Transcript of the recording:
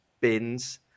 bins